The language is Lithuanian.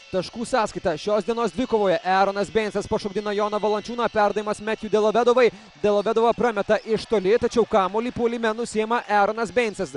taškų sąskaitą šios dienos dvikovoje eronas beincas pašokdina jono valančiūno perdavimas metju delavedovai delavedova prameta iš toli tačiau kamuolį puolime nusiima eronas beinsas